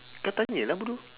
kau tanya lah bodoh